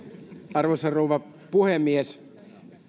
arvoisa rouva puhemies